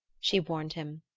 she warned him.